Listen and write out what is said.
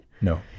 no